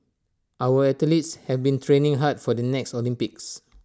our athletes have been training hard for the next Olympics